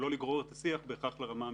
ולא לגרור את השיח בהכרח לרמה המשפטית.